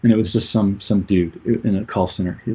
and it was just some some dude in a call center. he's